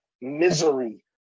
misery